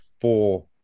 four